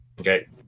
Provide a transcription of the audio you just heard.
Okay